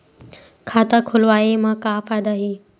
खाता खोलवाए मा का फायदा हे